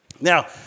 Now